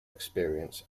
experience